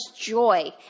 joy